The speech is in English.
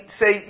say